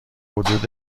حدود